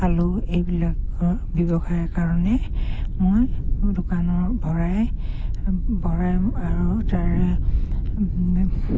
আলু এইবিলাকৰ ব্যৱসায়ৰ কাৰণে মই দোকানৰ ভৰাই ভৰাই আৰু তাৰে